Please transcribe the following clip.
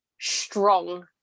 strong